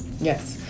Yes